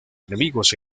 enemigos